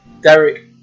Derek